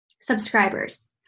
Subscribers